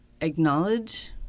acknowledge